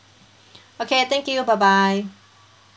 okay thank you bye bye